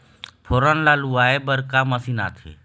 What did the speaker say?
फोरन ला लुआय बर का मशीन आथे?